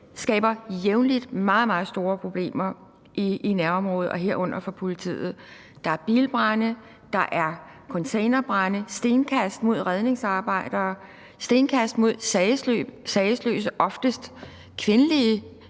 skaber meget, meget store problemer i nærområdet, herunder for politiet. Der er bilbrande, containerbrande, stenkast mod redningsarbejdere, stenkast mod sagesløse, oftest kvindelige,